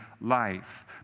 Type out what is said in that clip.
life